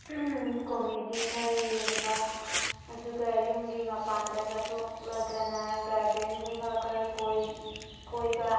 comedy ꯈꯔ ꯌꯦꯡꯕ ꯑꯗꯨꯒ ꯌꯨꯝꯒꯤ ꯃꯄꯥꯟꯗ ꯆꯠꯊꯣꯛꯂꯒꯅ ꯒꯥꯔꯗꯦꯟꯒꯨꯝꯕ ꯈꯔ ꯀꯣꯏ ꯀꯣꯏꯕ